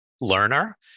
learner